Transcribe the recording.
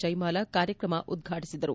ಜಯಮಾಲಾ ಕಾರ್ಯಕ್ರಮ ಉದ್ಮಾಟಿಸಿದರು